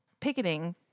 picketing